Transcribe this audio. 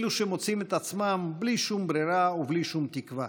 אלה שמוצאים את עצמם בלי שום ברירה ובלי שום תקווה.